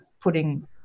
putting